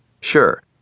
Sure